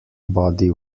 body